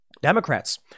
Democrats